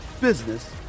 business